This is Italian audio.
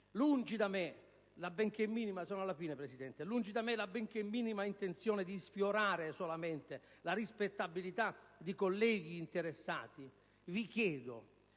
Lungi da me la benché minima intenzione di sfiorare solamente la rispettabilità dei colleghi interessati, ma vi chiedo: